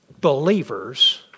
believers